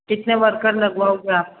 कितने वर्कर लगवाओगे आप